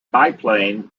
biplane